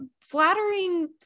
flattering